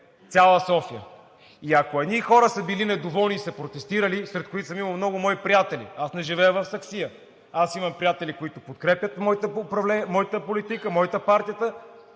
цяла София. Ако едни хора са били недоволни и са протестирали, сред които съм имал много мои приятели – не живея в саксия, имам приятели, които подкрепят моята политика, моята партия,